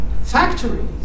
factories